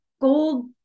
gold